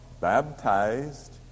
baptized